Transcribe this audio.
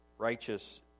righteous